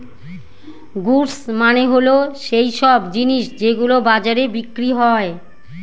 goods মানে হল সৈইসব জিনিস যেগুলো বাজারে বিক্রি হয়